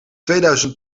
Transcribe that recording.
tweeduizend